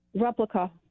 replica